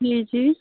ये चीज़